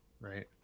right